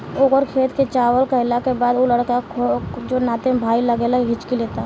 ओकर खेत के चावल खैला के बाद उ लड़का जोन नाते में भाई लागेला हिच्की लेता